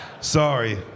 Sorry